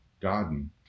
garden